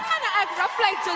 wanna act rough like